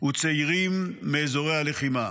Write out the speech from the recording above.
וצעירים מאזורי הלחימה.